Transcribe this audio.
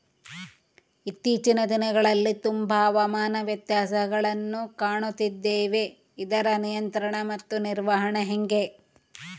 ಇತ್ತೇಚಿನ ದಿನಗಳಲ್ಲಿ ತುಂಬಾ ಹವಾಮಾನ ವ್ಯತ್ಯಾಸಗಳನ್ನು ಕಾಣುತ್ತಿದ್ದೇವೆ ಇದರ ನಿಯಂತ್ರಣ ಮತ್ತು ನಿರ್ವಹಣೆ ಹೆಂಗೆ?